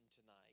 tonight